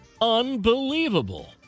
Unbelievable